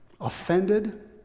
Offended